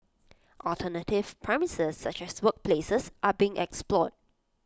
alternative premises such as workplaces are being explored